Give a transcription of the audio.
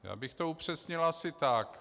Já bych to upřesnil asi tak.